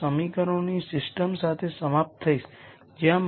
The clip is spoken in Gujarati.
હવે λ ને બીજી બાજુ લઈ જાઓ